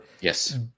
yes